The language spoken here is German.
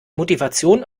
motivation